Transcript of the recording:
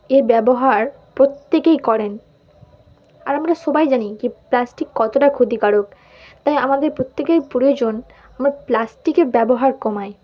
এ ব্যবহার প্রত্যেকেই করেন আর আমরা সবাই জানি কি প্লাস্টিক কতটা ক্ষতিকারক তাই আমাদের প্রত্যেকের প্রয়োজন আমরা প্লাস্টিকের ব্যবহার কমাই